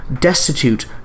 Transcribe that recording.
destitute